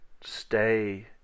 stay